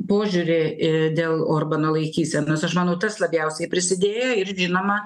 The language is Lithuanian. požiūrį dėl orbano laikysenos aš manau tas labiausiai prisidėjo ir žinoma